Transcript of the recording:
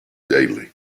daily